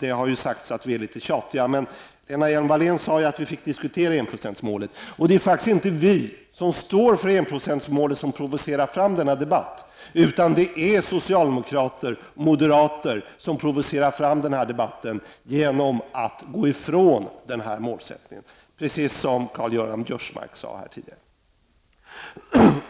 Det har sagts att vi är litet tjatiga, men Lena Hjelm Wallén sade ju att vi fick diskutera enprocentsmålet. Det är faktiskt inte heller vi som står för enprocentsmålet som provocerar fram denna debatt, utan det är socialdemokrater och moderater som provocerar fram debatten genom att gå ifrån målsättningen, precis som Karl-Göran